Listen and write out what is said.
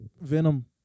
Venom